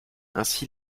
ainsi